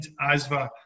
ASVA